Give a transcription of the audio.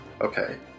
Okay